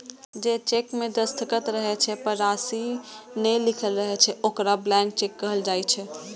जे चेक मे दस्तखत रहै छै, पर राशि नै लिखल रहै छै, ओकरा ब्लैंक चेक कहल जाइ छै